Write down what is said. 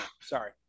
sorry